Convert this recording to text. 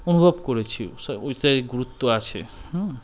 অনুভব করেছি সেই ওই সেই গুরুত্ব আছে হুম